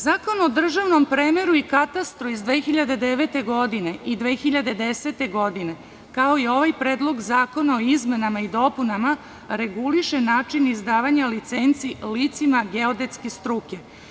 Zakon o državnom premeru i katastru iz 2009. i 2010. godine, kao i ovaj predlog zakona o izmenama i dopunama, reguliše način izdavanja licenci licima geodetske struke.